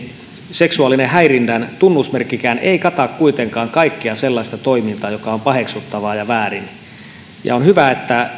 seksuaalisen häirinnän tunnusmerkistökään ei kata kuitenkaan kaikkea sellaista toimintaa joka on paheksuttavaa ja väärin on hyvä että